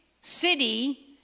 city